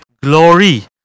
glory